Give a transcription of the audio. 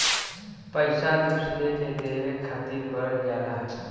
पइसा दूसरे के देवे खातिर करल जाला